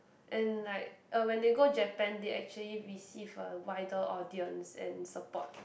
and like uh when they go Japan they actually receive a wider audience and support